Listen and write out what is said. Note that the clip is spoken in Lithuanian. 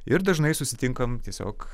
ir dažnai susitinkam tiesiog